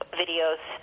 videos